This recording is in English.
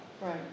Right